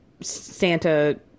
Santa